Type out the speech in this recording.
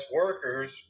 workers